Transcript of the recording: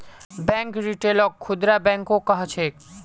bank रिटेलक खुदरा बैंको कह छेक